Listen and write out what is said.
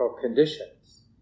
conditions